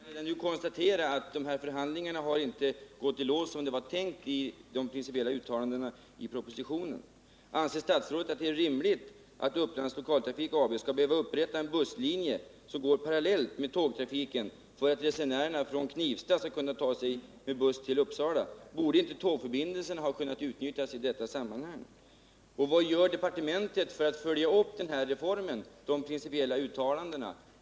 Herr talman! Vi kan redan nu konstatera att förhandlingarna inte har gått i lås som det var tänkt enligt de principiella uttalandena i propositionen. Anser statsrådet att det är rimligt att Upplands Lokaltrafik AB skall behöva upprätta — Nr 49 en busslinje som går parallellt med tågtrafiken för att resenärerna från Knivsta skall kunna ta sig till Uppsala? Borde inte tågförbindelsen ha kunnat utnyttjas i detta sammanhang? Vad gör departementet för att följa upp de principiella uttalandena vid reformens genomförande?